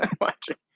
watching